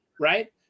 right